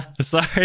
Sorry